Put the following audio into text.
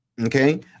okay